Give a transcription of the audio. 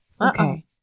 Okay